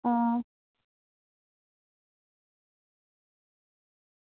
आं